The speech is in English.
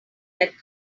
that